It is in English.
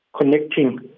connecting